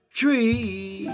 tree